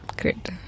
Great